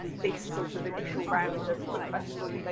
this sort of initial round of book festivals and like